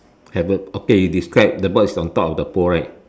have a okay you describe the bird is on top of the pole right